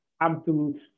absolute